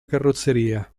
carrozzeria